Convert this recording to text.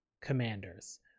commanders